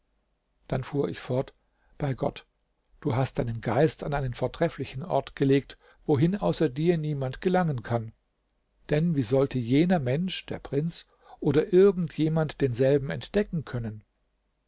dann fuhr ich fort bei gott du hast deinen geist an einen vortrefflichen ort gelegt wohin außer dir niemand gelangen kann denn wie sollte jener mensch der prinz oder irgend jemand denselben entdecken können